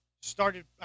started